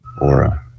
Aura